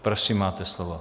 Prosím, máte slovo.